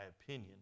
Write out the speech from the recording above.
opinion